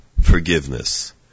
forgiveness